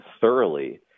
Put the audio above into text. thoroughly